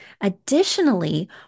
additionally